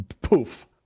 Poof